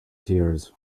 tears